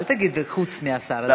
אל תגיד חוץ מהשר.